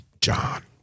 John